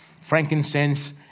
frankincense